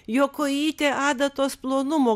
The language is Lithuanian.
jo kojytė adatos plonumo